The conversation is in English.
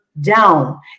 down